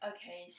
Okay